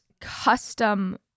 custom